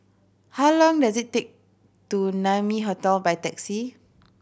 how long does it take to Naumi Hotel by taxi